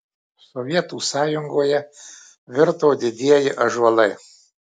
sovietų sąjungoje virto didieji ąžuolai